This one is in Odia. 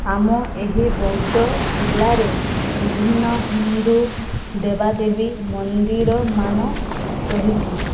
ଆମ ଏହି ବୌଦ୍ଧ ଜିଲ୍ଲାରେ ବିଭିନ୍ନ ହିନ୍ଦୁ ଦେବାଦେବୀ ମନ୍ଦିରମାନ ରହିଛି